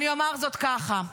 אומר זאת ככה: